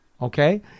Okay